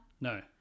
No